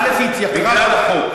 בגלל החוק.